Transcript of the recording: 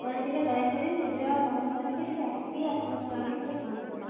ଆପଣ ଟିକେ ଦୟାକରି ଶୀଘ୍ର କାମ ସାରିକି ଟିକେ ଆସିକି ଆପଣ ଛୁଆଙ୍କ କତିରେ ପହଞ୍ଚିବେ